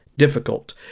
difficult